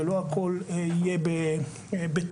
זה לא הכול יהיה בטור.